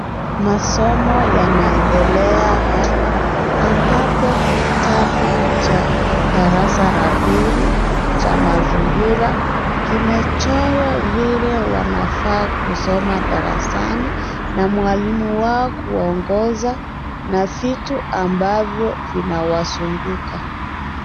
Masomo yanaendelea hapa, ambapo kitabu cha darasa la pili, cha mazingira, kimechorwa vile wanafaa kusoma darasani, na mwalimu wao kuongoza, na vitu ambavyo vinawazunguka.